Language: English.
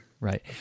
Right